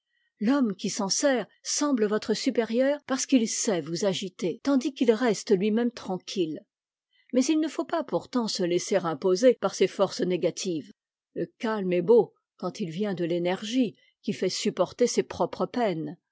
l'homme qui s'en sert semble votre supérieur parce qu'il sait vous agiter tandis qu'il reste iui même tranquille mais il ne faut pas pourtant se laisser imposer par ces forces négatives le calme est beau quand il vient de i'énergie qui fait supporter ses propres peines